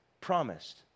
promised